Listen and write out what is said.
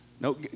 no